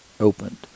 opened